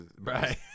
Right